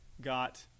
got